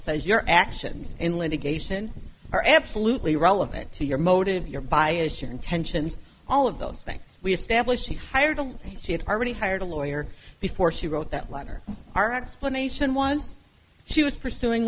says your actions in litigation are absolutely relevant to your motive your bias your intentions all of those things we established she hired a lawyer she had already hired a lawyer before she wrote that letter are explanation was she was pursuing